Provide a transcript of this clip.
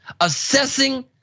assessing